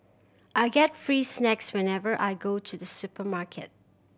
I get free snacks whenever I go to the supermarket